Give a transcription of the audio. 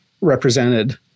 represented